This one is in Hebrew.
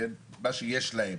מה שיש להם,